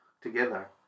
together